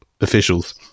officials